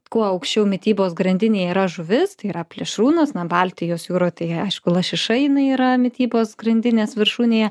kuo aukščiau mitybos grandinėje yra žuvis tai yra plėšrūnas na baltijos jūroj tai aišku lašiša jinai yra mitybos grandinės viršūnėje